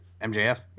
MJF